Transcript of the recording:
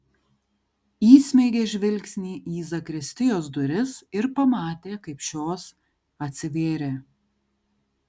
įsmeigė žvilgsnį į zakristijos duris ir pamatė kaip šios atsivėrė